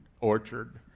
orchard